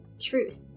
truth